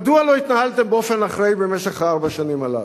מדוע לא התנהלתם באופן אחראי במשך ארבע השנים הללו?